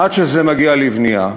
עד שזה מגיע לבנייה.